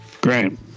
Great